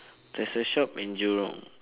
there's a shop in jurong